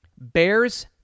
Bears